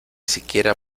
siquiera